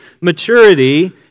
maturity